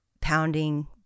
pounding